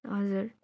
हजुर